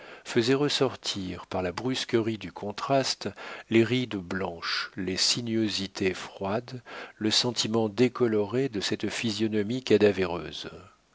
faisait ressortir par la brusquerie du contraste les rides blanches les sinuosités froides le sentiment décoloré de cette physionomie cadavéreuse